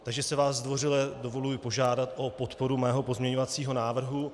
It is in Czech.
Takže si vás zdvořile dovoluji požádat o podporu mého pozměňovacího návrhu.